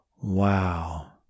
Wow